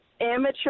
amateur